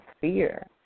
fear